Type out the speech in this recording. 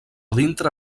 dintre